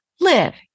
live